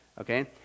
okay